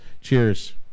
Cheers